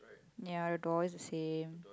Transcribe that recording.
ya the door is the same